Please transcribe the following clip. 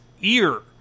ear